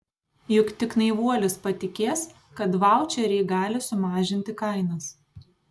juk tik naivuolis patikės kad vaučeriai gali sumažinti kainas